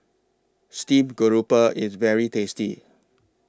Steamed Grouper IS very tasty